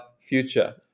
future